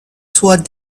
toward